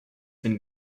been